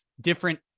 different